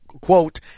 quote